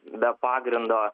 be pagrindo